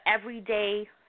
everyday